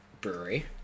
Brewery